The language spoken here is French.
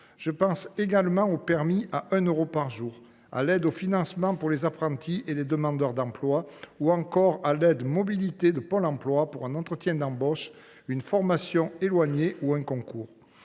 de formation, au « permis à 1 euro par jour », à l’aide au financement pour les apprentis et les demandeurs d’emploi, ou encore à l’aide à la mobilité de Pôle emploi pour un entretien d’embauche, une formation éloignée ou un concours,